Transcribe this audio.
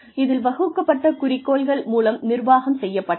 இதில் வகுக்கப்பட்ட குறிக்கோள்கள் மூலம் நிர்வாகம் செய்யப்பட்டது